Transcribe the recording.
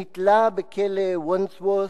נתלה בכלא וונדסוורת',